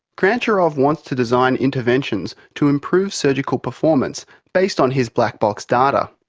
grantcharov wants to design interventions to improve surgical performance based on his black box data.